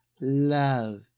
love